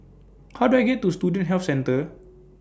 How Do I get to Student Health Centre